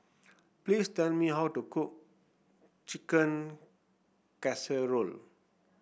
please tell me how to cook Chicken Casserole